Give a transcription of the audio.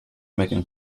making